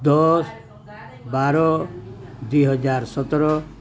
ଦଶ ବାର ଦୁଇହଜାର ସତର